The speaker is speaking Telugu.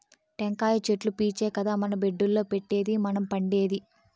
టెంకాయ చెట్లు పీచే కదా మన బెడ్డుల్ల పెట్టేది మనం పండేది